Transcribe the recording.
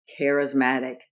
charismatic